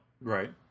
Right